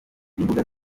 imbuga